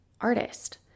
artist